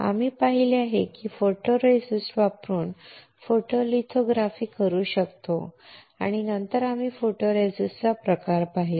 आम्ही पाहिले की आम्ही फोटोरेसिस्ट वापरून फोटोलिथोग्राफी करू शकतो आणि नंतर आम्ही फोटोरेसिस्टचा प्रकार पाहिला